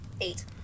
eight